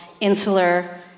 insular